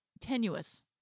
tenuous